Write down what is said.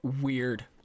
weird